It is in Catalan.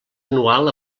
anual